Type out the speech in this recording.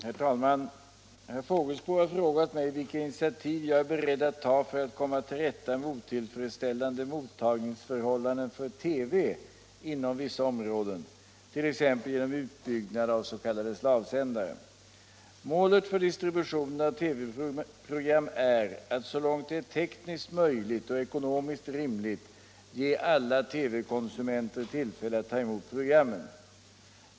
Herr talman! Herr Fågelsbo har frågat mig vilka initiativ jag är beredd att ta för att komma till rätta med otillfredsställande mottagningsförhållanden för TV inom vissa områden, t.ex. genom utbyggnad av s.k. slavsändare. Målet för distributionen av TV-program är att så långt det är tekniskt möjligt och ekonomiskt rimligt ge alla TV-konsumenter tillfälle att ta emot programmen.